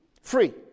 Free